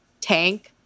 tank